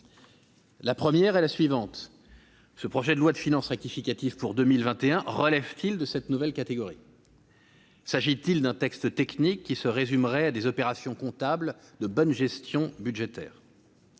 interrogation est la suivante : ce projet de loi de finances rectificative pour 2021 relève-t-il de cette nouvelle catégorie ? S'agit-il d'un texte technique, qui se résumerait à des opérations comptables de bonne gestion budgétaire ?